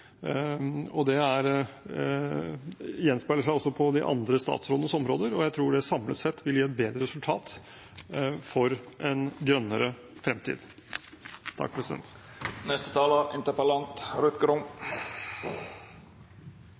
Det gjenspeiler seg også på de andre statsrådenes områder, og jeg tror det samlet sett vil gi et bedre resultat for en grønnere fremtid. Takk